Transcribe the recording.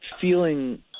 feeling